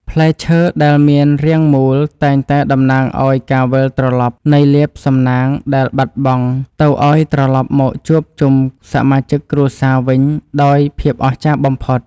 ផ្លែឈើដែលមានរាងមូលតែងតែតំណាងឱ្យការវិលត្រឡប់នៃលាភសំណាងដែលបាត់បង់ទៅឱ្យត្រឡប់មកជួបជុំសមាជិកគ្រួសារវិញដោយភាពអស្ចារ្យបំផុត។